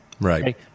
Right